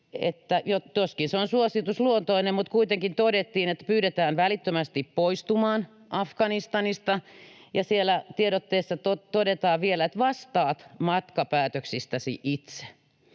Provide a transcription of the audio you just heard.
joskin se on suositusluontoinen mutta kuitenkin — että ”pyydetään välittömästi poistumaan Afganistanista”. Ja siellä tiedotteessa todetaan vielä, että ”vastaat matkapäätöksistäsi itse”.